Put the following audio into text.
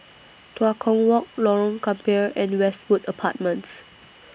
Tua Kong Walk Lorong Gambir and Westwood Apartments